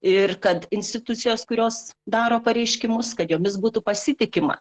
ir kad institucijos kurios daro pareiškimus kad jomis būtų pasitikima